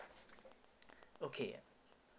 okay